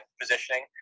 positioning